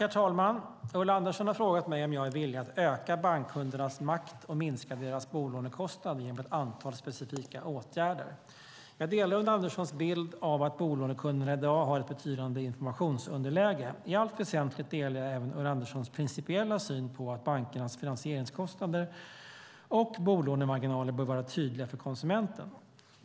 Herr talman! Ulla Andersson har frågat mig om jag är villig att öka bankkundernas makt och minska deras bolånekostnader genom ett antal specifika åtgärder. Jag delar Ulla Anderssons bild av att bolånekunderna i dag har ett betydande informationsunderläge. I allt väsentligt delar jag även Ulla Anderssons principiella syn på att bankernas finansieringskostnader och bolånemarginaler bör vara tydliga för konsumenten.